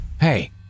Hey